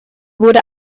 wurde